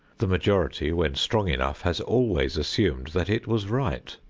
the majority, when strong enough, has always assumed that it was right,